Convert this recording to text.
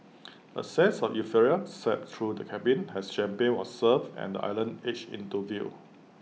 A sense of euphoria swept through the cabin as champagne was served and the island edged into view